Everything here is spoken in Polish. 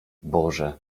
boże